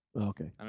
Okay